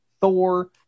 Thor